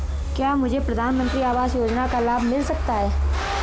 क्या मुझे प्रधानमंत्री आवास योजना का लाभ मिल सकता है?